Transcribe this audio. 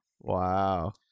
Wow